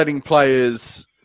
players